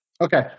Okay